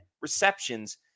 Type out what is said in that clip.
receptions